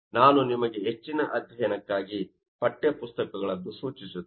ನಾನು ನಿಮಗೆ ಹೆಚ್ಚಿನ ಅಧ್ಯಯನಕ್ಕಾಗಿ ಪಠ್ಯ ಪುಸ್ತಕಗಳನ್ನು ಸೂಚಿಸುತ್ತೇನೆ